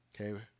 Okay